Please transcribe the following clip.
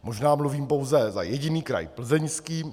Možná mluvím pouze za jediný kraj, Plzeňský.